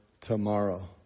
tomorrow